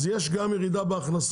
אז יש גם ירידה בהכנסות.